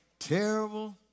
Terrible